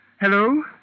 Hello